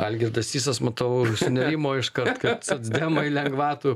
algirdas sysas matau sunerimo iškart kad socdemai lengvatų